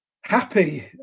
happy